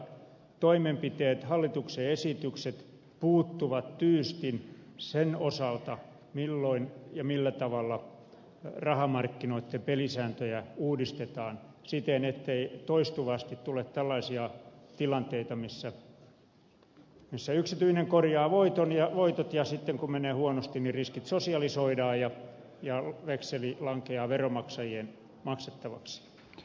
toimenpiteet hallituksen esitykset puuttuvat tyystin sen osalta milloin ja millä tavalla rahamarkkinoitten pelisääntöjä uudistetaan siten ettei toistuvasti tule tällaisia tilanteita missä yksityinen korjaa voitot ja sitten kun menee huonosti riskit sosialisoidaan ja vekseli lankeaa veronmaksajien maksettavaksi